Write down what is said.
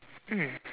mm